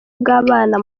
bw’abana